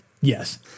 Yes